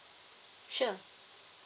sure